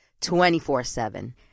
24-7